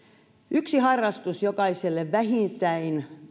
yksi harrastus jokaiselle vähintään